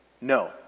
No